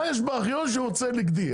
מה הוא רוצה נגדי?